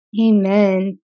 Amen